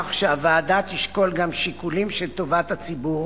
בכך שהוועדה תשקול גם שיקולים של טובת הציבור,